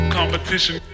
Competition